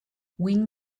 wing